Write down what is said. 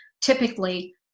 typically